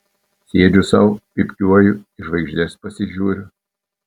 sėdžiu sau pypkiuoju į žvaigždes pasižiūriu